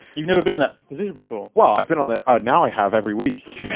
you've never been in that position before? well, i've been on it, now i have every week.